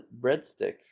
breadstick